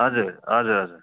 हजुर हजुर हजुर